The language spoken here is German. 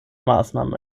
maßnahmen